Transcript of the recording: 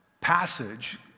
passage